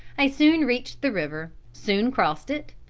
i soon reached the river, soon crossed it,